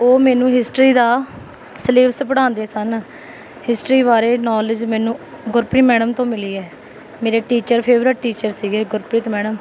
ਉਹ ਮੈਨੂੰ ਹਿਸਟਰੀ ਦਾ ਸਿਲੇਬਸ ਪੜ੍ਹਾਉਂਦੇ ਸਨ ਹਿਸਟਰੀ ਬਾਰੇ ਨੌਲੇਜ ਮੈਨੂੰ ਗੁਰਪ੍ਰੀਤ ਮੈਡਮ ਤੋਂ ਮਿਲੀ ਹੈ ਮੇਰੇ ਟੀਚਰ ਫੇਵਰੇਟ ਟੀਚਰ ਸੀ ਗੁਰਪ੍ਰੀਤ ਮੈਡਮ